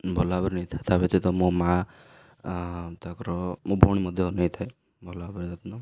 ଭଲ ଭାବରେ ନେଇଥାଏ ତା' ବ୍ୟତୀତ ମୋ ମା' ତାପରେ ମୋ ଭଉଣୀ ମଧ୍ୟ ନେଇଥାଏ ଭଲ ଭାବରେ ଯତ୍ନ